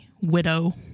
widow